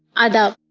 and